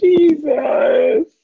Jesus